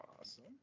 Awesome